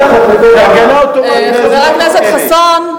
חבר הכנסת חסון.